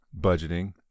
budgeting